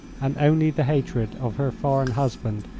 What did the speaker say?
and only the hatred of her foreign husband,